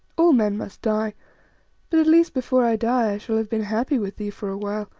all men must die but at least before i die i shall have been happy with thee for a